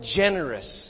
generous